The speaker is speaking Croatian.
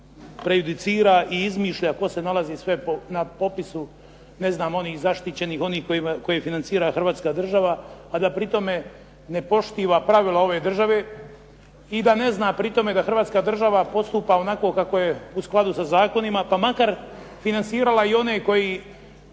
prejudicira i izmišlja tko se nalazi sve na popisu onih zaštićenih, onih koje financira Hrvatska država, a da pri tome ne poštiva pravila ove države i da ne zna pri tome da Hrvatska država postupa onako kako je u skladu sa zakonima, pa makar financirala i one koji